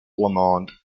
lomond